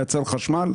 לייצר חשמל.